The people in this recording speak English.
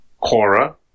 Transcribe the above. Cora